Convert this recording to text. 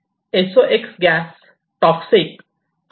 SOx gas toxic आणि dangerous gas असतात